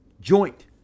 joint